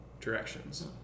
directions